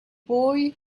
boy